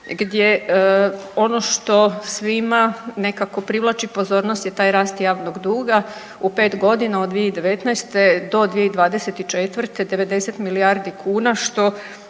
gdje ono što svima nekako privlači pozornost je taj rast javnog duga, u 5 godina od 2019. do 2024. 90 milijardi kuna što